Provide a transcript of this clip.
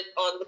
on